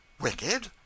Wicked